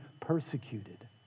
persecuted